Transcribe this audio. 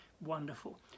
wonderful